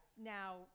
Now